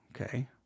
okay